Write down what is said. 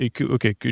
okay